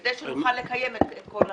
כדי שנוכל לקיים את כל הנושאים.